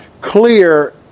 clear